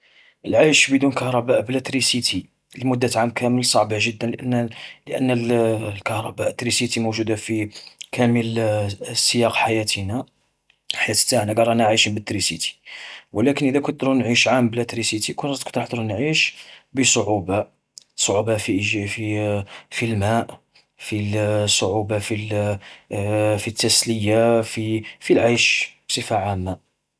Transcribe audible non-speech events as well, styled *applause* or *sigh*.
العيش بدون كهرباء بلا تريسيتي لمدة عام كامل صعبة جدا، لأن *hesitation* الكهرباء تريسيتي موجودة في كامل *hesitation* سياق حياتنا، الحياة تاعنا قاع رانا عايشين بالتريسيتي. ولكن إذا كنت دور نعيش عام بلا تريسيتي، كنت رح دور نعيش بصعوبة، صعوبة في ايج *hesitation* في الماء في *hesitation* صعوبة في *hesitation* في التسلية *hesitation* في العيش، بصفة عامة.